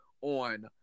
on